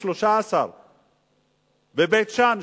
13%. בבית-שאן,